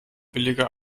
billiger